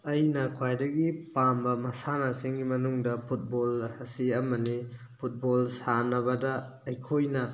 ꯑꯩꯅ ꯈ꯭ꯋꯥꯏꯗꯒꯤ ꯄꯥꯝꯕ ꯃꯁꯥꯟꯅꯁꯤꯡꯒꯤ ꯃꯅꯨꯡꯗ ꯐꯨꯠꯕꯣꯜ ꯑꯁꯤ ꯑꯃꯅꯤ ꯐꯨꯠꯕꯣꯜ ꯁꯥꯟꯅꯕꯗ ꯑꯩꯈꯣꯏꯅ